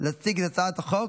להציג את הצעת החוק,